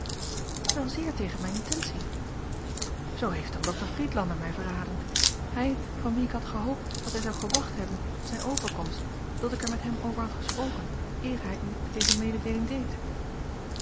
wel zeer tegen mijne intentie zoo heeft dan dokter friedlander mij verraden hij van wien ik had gehoopt dat hij zou gewacht hebben tot zijne overkomst tot ik er met hem over had gesproken eer hij u deze mededeeling deed